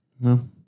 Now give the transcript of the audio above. No